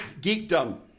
geekdom